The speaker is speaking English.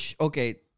Okay